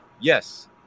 Yes